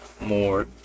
more